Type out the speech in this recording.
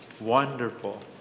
wonderful